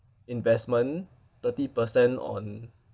investment thirty percent on